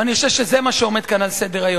ואני חושב שזה מה שעומד כאן על סדר-היום.